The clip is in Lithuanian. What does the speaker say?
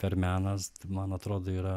per menas man atrodo yra